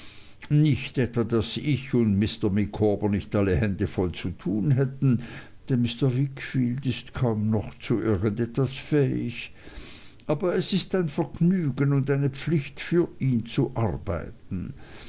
nicht etwa daß ich und micawber nicht alle hände voll zu tun hätten denn mr wickfield ist kaum noch zu irgend etwas fähig aber es ist ein vergnügen und eine pflicht für ihn zu arbeiten